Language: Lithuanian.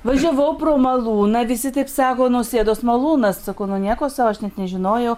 važiavau pro malūną visi taip sako nausėdos malūnas sakau nu nieko sau aš net nežinojau